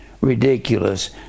ridiculous